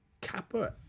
Kappa